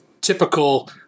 typical